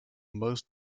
most